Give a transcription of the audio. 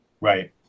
Right